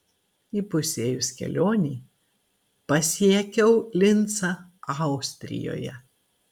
įpusėjus kelionei pasiekiau lincą austrijoje